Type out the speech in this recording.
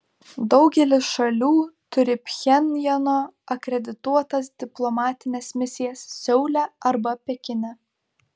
daugelis šalių turi pchenjano akredituotas diplomatines misijas seule arba pekine